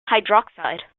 hydroxide